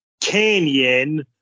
Canyon